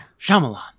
Shyamalan